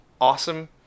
awesome